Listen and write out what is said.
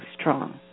strong